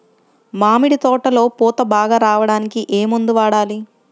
మామిడి తోటలో పూత బాగా రావడానికి ఏ మందు వాడాలి?